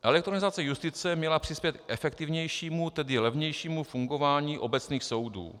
Elektronizace justice měla přispět k efektivnějšímu, tedy levnějšímu fungování obecných soudů.